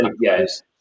yes